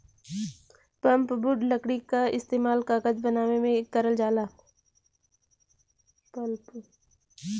pulpwood लकड़ी क इस्तेमाल कागज बनावे में करल जाला